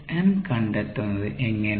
Sm കണ്ടെത്തുന്നത് എങ്ങനെ